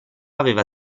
aveva